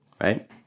right